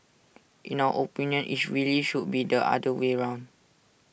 in our opinion IT really should be the other way round